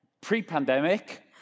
Pre-pandemic